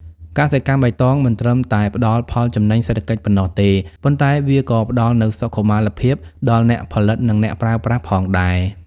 កសិកម្មបៃតងមិនត្រឹមតែផ្ដល់ផលចំណេញសេដ្ឋកិច្ចប៉ុណ្ណោះទេ ប៉ុន្តែវាក៏ផ្ដល់នូវសុខុមាលភាពដល់អ្នកផលិត និងអ្នកប្រើប្រាស់ផងដែរ។